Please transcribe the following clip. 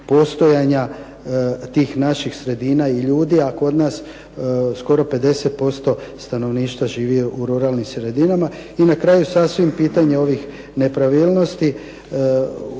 postojanja tih naših sredina i ljudi, a kod nas skoro 50% stanovništva živi u ruralnim sredinama. I na kraju sasvim pitanje ovih nepravilnosti.